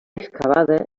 excavada